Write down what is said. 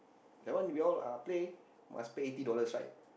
that one we all uh play must pay eighty dollars right